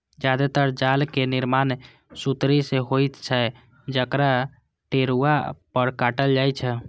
जादेतर जालक निर्माण सुतरी सं होइत छै, जकरा टेरुआ पर काटल जाइ छै